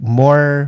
more